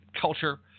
culture